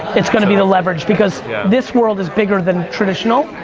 it's gonna be the leverage, because this world is bigger than traditional,